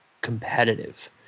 competitive